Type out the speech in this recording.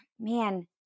Man